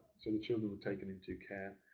so the children were taken into care.